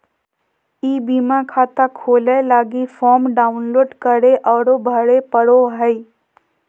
ई बीमा खाता खोलय लगी फॉर्म डाउनलोड करे औरो भरे पड़ो हइ